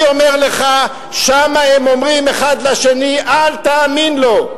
אני אומר לך, שם הם אומרים אחד לשני: אל תאמין לו.